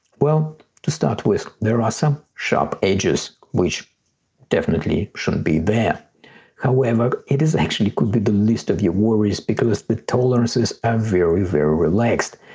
well to start with there are some sharp edges which definitely shouldn't be there however, it is actually could be the least of your worries because the tolerances are very very relaxed.